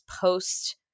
post